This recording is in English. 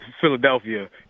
Philadelphia